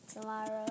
tomorrow